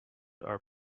are